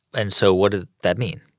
and so what did that mean?